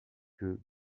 que